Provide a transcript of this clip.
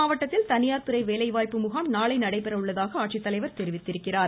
இம்மாவட்டத்தில் தனியார்துறை வேலைவாய்ப்பு முகாம் நாளை நடைபெற உள்ளதாக ஆட்சித்தலைவர் தெரிவித்திருக்கிறார்